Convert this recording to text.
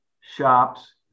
shops